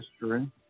history